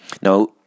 Now